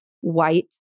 white